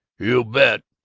you bet!